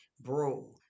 bro